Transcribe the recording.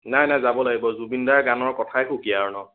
নাই নাই যাব লাগিব জুবিনদাৰ গানৰ কথাই সুকীয়া আৰু ন